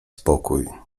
spokój